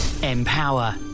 Empower